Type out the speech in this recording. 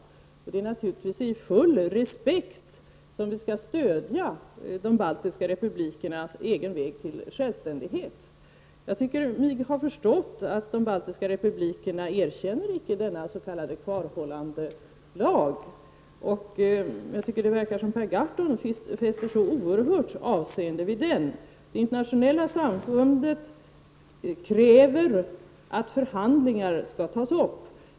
Det är naturligtvis i full respekt som vi skall stödja de baltiska republikernas egen väg till självständighet. Jag tycker mig ha förstått att de baltiska republikerna inte erkänner denna s.k. kvarhållandelag. Jag tycker att det verkar som om Per Gahrton fäster oerhört stort avseende vid den lagen. Det internationella samfundet kräver att förhandlingar skall tas upp.